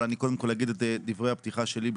אבל אני קודם כל אגיד את דברי הפתיחה שלי,